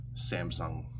Samsung